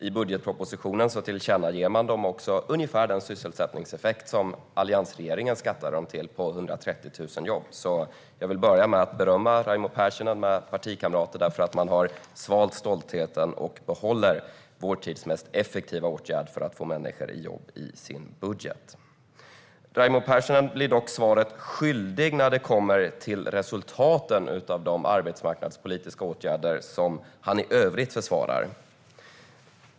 I budgetpropositionen tillmäter man dem också ungefär den sysselsättningseffekt som alliansregeringen skattade dem till, 130 000 jobb. Jag vill alltså berömma Raimo Pärssinen med partikamrater för att de har svalt stoltheten och i sin budget behåller vår tids effektivaste åtgärd för att få människor i jobb. Raimo Pärssinen blir dock svaret skyldig när det kommer till resultaten av de arbetsmarknadspolitiska åtgärder som han i övrigt försvarar.